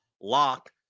lock